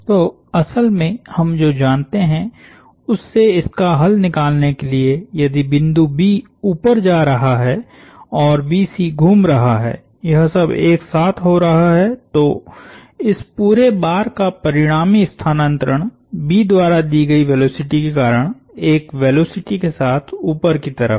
तोअसल में हम जो जानते है उससे इसका हल निकालने के लिए यदि बिंदु B ऊपर जा रहा है और BC घूम रहा है यह सब एक साथ हो रहा है तो इस पूरे बार का परिणामी स्थानांतरण B द्वारा दी गयी वेलोसिटी के कारण एक वेलोसिटी के साथ ऊपर की तरफ है